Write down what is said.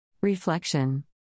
Reflection